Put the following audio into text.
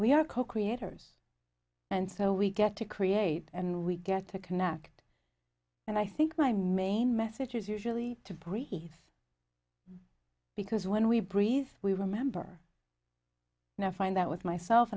we are co creators and so we get to create and we get to connect and i think my main message is usually to breathe because when we breathe we remember and i find that with myself